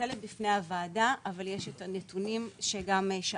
מתנצלת בפני הוועדה, אבל יש את הנתונים שגם שאלת.